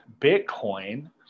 Bitcoin